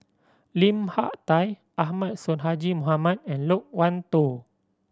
Lim Hak Tai Ahmad Sonhadji Mohamad and Loke Wan Tho